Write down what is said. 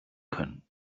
können